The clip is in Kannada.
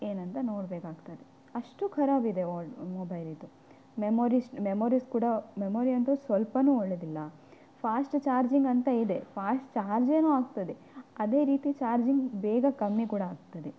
ಏನಂತ ನೋಡಬೇಕಾಗ್ತದೆ ಅಷ್ಟು ಖರಾಬ್ ಇದೆ ಒ ಮೊಬೈಲಿದ್ದು ಮೆಮೊರೀಸ್ ಮೆಮೊರೀಸ್ ಕೂಡ ಮೆಮೊರಿ ಅಂತೂ ಸ್ವಲ್ಪನೂ ಒಳ್ಳೆಯದಿಲ್ಲ ಫಾಸ್ಟ್ ಚಾರ್ಜಿಂಗ್ ಅಂತ ಇದೆ ಫಾಸ್ಟ್ ಚಾರ್ಜೇನೋ ಆಗ್ತದೆ ಅದೇ ರೀತಿ ಚಾರ್ಜಿಂಗ್ ಬೇಗ ಕಮ್ಮಿ ಕೂಡ ಆಗ್ತದೆ